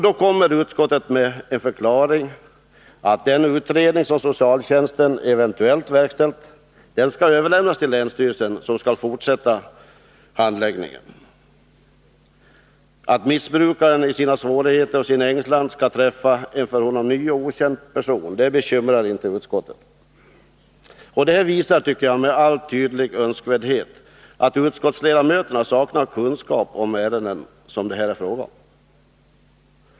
Då kommer utskottet 9 med förklaringen att den utredning som socialtjänsten eventuellt verkställt skall överlämnas till länsstyrelsen, som skall fortsätta handläggningen. Att missbrukaren i sina svårigheter och sin ängslan skall träffa en för honom ny och okänd person bekymrar inte utskottet. Detta visar med all önskvärd tydlighet att utskottsledamöterna saknar kunskap om ärenden som det här kan vara fråga om.